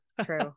True